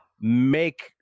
make